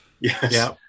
Yes